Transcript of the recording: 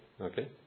Okay